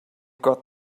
got